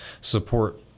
support